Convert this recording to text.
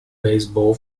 baseball